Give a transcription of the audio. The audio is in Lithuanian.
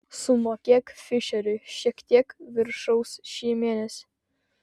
sumokėk fišeriui šiek tiek viršaus šį mėnesį